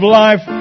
life